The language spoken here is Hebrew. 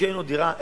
מי שאין לו דירה,